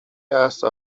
erste